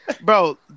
Bro